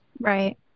right